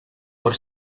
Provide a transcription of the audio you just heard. por